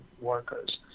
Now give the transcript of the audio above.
workers